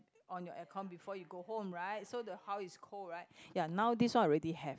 on your aircon before you go home right so the house is cold right ya so now this one already have